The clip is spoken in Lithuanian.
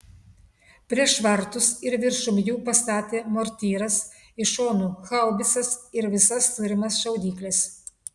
prieš vartus ir viršum jų pastatė mortyras iš šonų haubicas ir visas turimas šaudykles